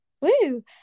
Woo